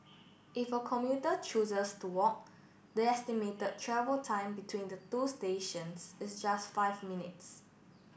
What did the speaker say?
if a commuter chooses to won the estimated travel time between the two stations is just five minutes